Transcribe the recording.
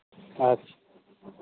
ᱟᱪᱪᱷᱟ